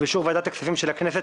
ובאישור ועדת הכספים של הכנסת,